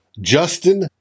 Justin